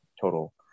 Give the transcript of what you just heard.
total